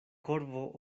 korvo